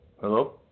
Hello